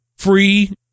Free